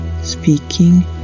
speaking